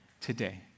today